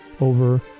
over